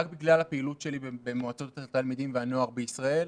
רק בגלל הפעילות שלי במועצות התלמידים והנוער בישראל.